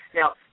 Now